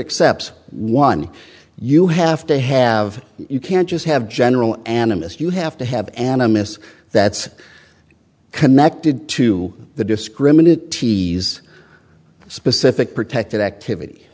except one you have to have you can't just have general animists you have to have animists that's connected to the discriminate t s specific protected activity